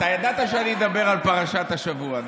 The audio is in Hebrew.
אתה ידעת שאדבר על פרשת השבוע,